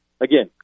again